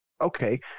okay